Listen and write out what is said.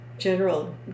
General